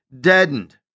deadened